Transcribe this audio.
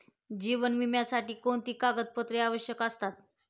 जीवन विम्यासाठी कोणती कागदपत्रे आवश्यक असतात?